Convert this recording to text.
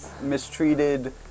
mistreated